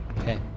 Okay